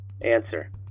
Answer